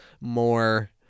more